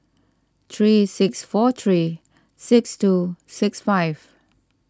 three six four three six two six five